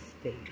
state